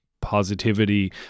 positivity